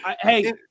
Hey